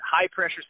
high-pressure